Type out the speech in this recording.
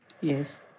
Yes